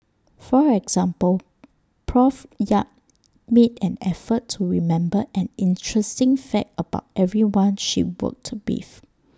for example Prof yap made an effort to remember an interesting fact about everyone she worked with